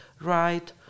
right